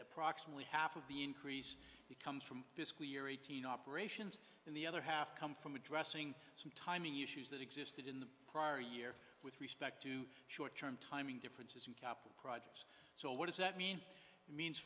approximately half of the increase becomes from fiscal year eighteen operations in the other half come from addressing some timing issues that existed in the prior year with respect to short term timing differences in capital projects so what does that mean means